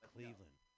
Cleveland